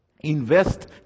invest